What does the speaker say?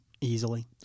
easily